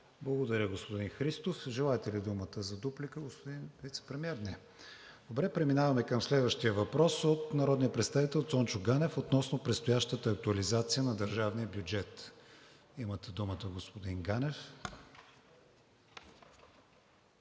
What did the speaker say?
Благодаря, господин Христов. Желаете ли думата за дуплика, господин Вицепремиер? Не. Преминаваме към следващия въпрос от народния представител Цончо Ганев относно предстоящата актуализация на държавния бюджет. Имате думата, господин Ганев.